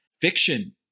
fiction